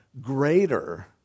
greater